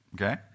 Okay